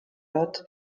lot